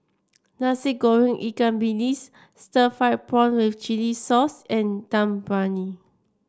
Nasi Goreng Ikan Bilis Stir Fried Prawn with Chili Sauce and Dum Briyani